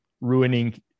ruining